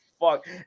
fuck